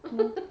mm